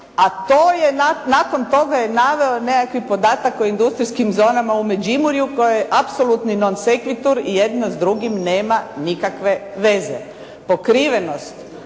je nakon toga je naveo nekakav podatak o industrijskim zonama u Međimurju, koji je apsolutni nonsekvitor i jedno s drugim nema nikakve veze. Pokrivenost